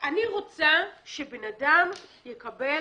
רוצה שהאדם יקבל